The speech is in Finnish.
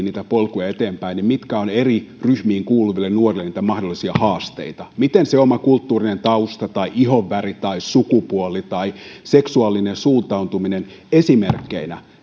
niitä polkuja eteenpäin että mitkä ovat eri ryhmiin kuuluville niitä mahdollisia haasteita minkälaisia esteitä se oma kulttuurinen tausta tai ihonväri tai sukupuoli tai seksuaalinen suuntautuminen esimerkkeinä